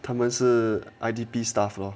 他们是 I_D_P staff lor